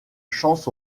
chance